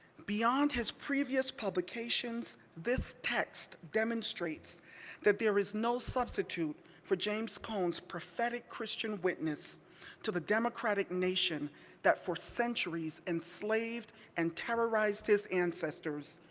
beyond his previous publications, this text demonstrates that there is no substitute for james cone's prophetic christian witness to the democratic nation that for centuries enslaved and terrorized his ancestors,